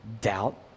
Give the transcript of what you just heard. Doubt